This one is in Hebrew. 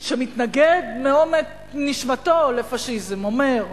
שמתנגד מעומק נשמתו לפאשיזם, אומר: